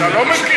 אתה לא מכיר.